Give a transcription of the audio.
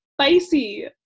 spicy